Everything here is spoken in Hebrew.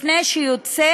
לפני שהוא יוצא,